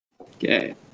Okay